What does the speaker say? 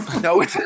No